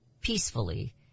peacefully